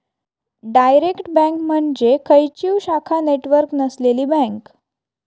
direct bank म्हणजे खंयचीव शाखा नेटवर्क नसलेली बँक